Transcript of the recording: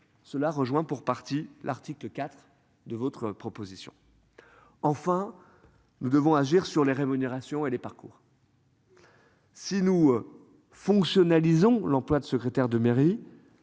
Cela rejoint pour partie l'article 4 de votre proposition. Enfin. Nous devons agir sur les rémunérations et les parcours. Si nous. Fonctionne Allyson l'emploi de secrétaire de mairie.